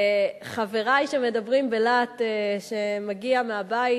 חברי שמדברים בלהט שמגיע מהבית,